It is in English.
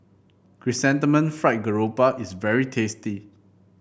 Chrysanthemum Fried Garoupa is very tasty